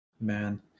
Man